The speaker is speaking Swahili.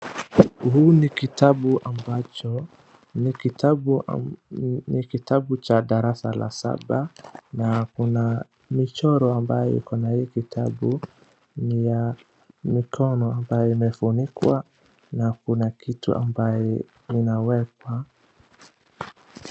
Huu ni kitabu ambacho ni kitabu cha darasa la saba na kuna michoro ambaye iko na hii kitabu. Ni ya mikono ambaye imefunikwa na kunakitu ambaye inawekwa.